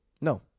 No